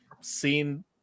seen